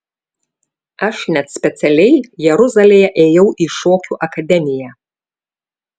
aš net specialiai jeruzalėje ėjau į šokių akademiją